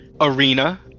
arena